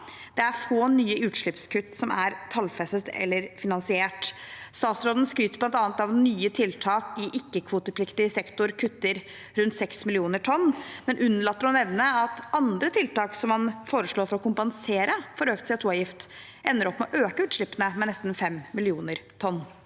Det er få nye utslippskutt som er tallfestet eller finansiert. Statsråden skryter bl.a. av at nye tiltak i ikke-kvotepliktig sektor kutter rundt 6 millioner tonn, men unnlater å nevne at andre tiltak som han foreslår for å kompensere for økt CO2-avgift, ender med å øke utslippene med nesten 5 millioner tonn.